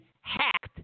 hacked